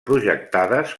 projectades